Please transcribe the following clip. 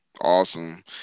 Awesome